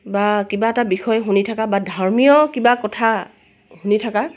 বা কিবা এটা বিষয় শুনি থকা বা ধৰ্মীয় কিবা কথা শুনি থকা